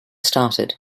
started